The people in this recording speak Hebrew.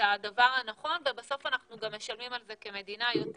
הדבר הנכון ובסוף אנחנו גם משלמים על זה כמדינה יותר,